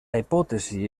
hipòtesi